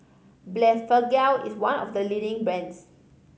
Blephagel is one of the leading brands